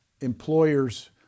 employers